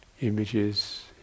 images